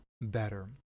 better